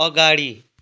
अगाडि